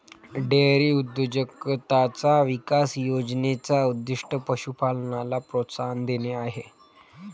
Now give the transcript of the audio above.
dairy उद्योजकताचा विकास योजने चा उद्दीष्ट पशु पालनाला प्रोत्साहन देणे आहे